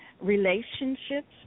relationships